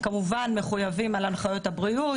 הם כמובן מחויבים להנחיות הבריאות,